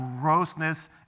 grossness